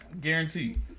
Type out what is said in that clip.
Guaranteed